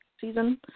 season